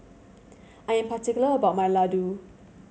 I am particular about my laddu